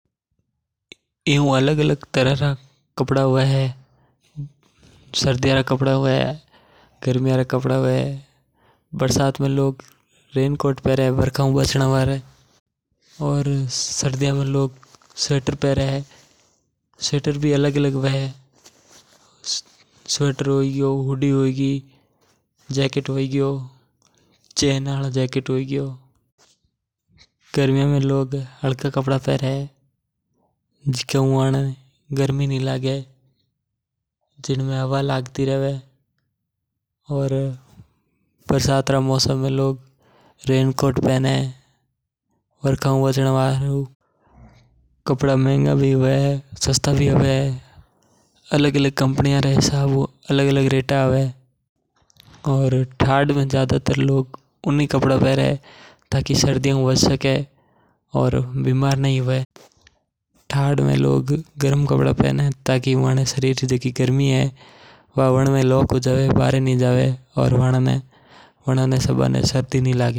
एयू अलग-अलग तरह र कपड़ा हवे है सरदिया र गरमिया र कपड़ा हा वे। वर्षात में लोग रेनकोट पेरे वर्षा हु वचना हरु। सरदियन में लोग स्वेटर पेरेवा में काम लेवे स्वेटर भी अलग अलग तरह र हा वे। गरमियन में मानस हलका कपड़ा पेरे जीका वणा ने गरमी नी लागे। कपड़ा महंगा भी हा वे सस्ता भी हा वे अलग अलग कंपनिया रे हिसाब हु कपड़ा आया करे।